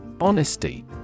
Honesty